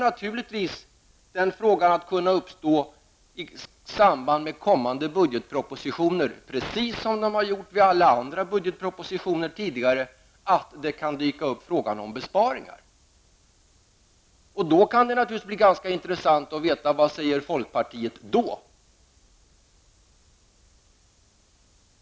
Naturligtvis kan frågan om besparingar dyka upp i samband med kommande budgetpropositioner -- precis som har varit fallet i samband med alla andra tidigare. Då kan det självfallet bli ganska intressant att veta vad folkpartiet säger.